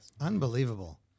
Unbelievable